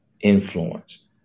influence